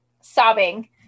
sobbing